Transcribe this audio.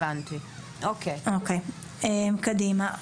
אוקיי, קדימה.